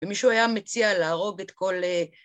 ומישהו היה מציע להרוג את כל אה...